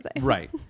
right